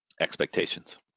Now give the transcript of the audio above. expectations